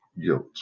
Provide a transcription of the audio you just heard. guilt